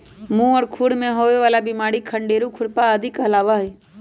मुह और खुर में होवे वाला बिमारी खंडेरू, खुरपा आदि कहलावा हई